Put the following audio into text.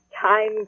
time